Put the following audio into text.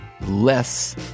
less